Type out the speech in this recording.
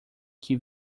que